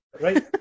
Right